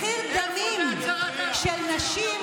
מחיר דמים של נשים,